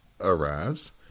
arrives